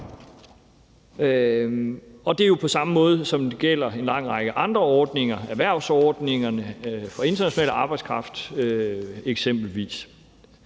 og det er jo på samme måde, som det gælder en lang række andre ordninger, erhvervsordningerne for international arbejdskraft, eksempelvis.